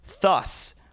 Thus